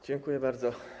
Dziękuję bardzo.